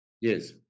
Yes